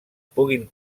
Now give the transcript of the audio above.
puguin